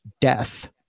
death